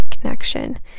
connection